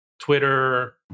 Twitter